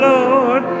Lord